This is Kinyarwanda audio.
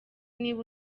niba